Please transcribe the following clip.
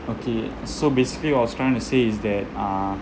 okay so basically what I was trying to say is that uh